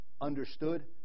understood